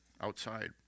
outside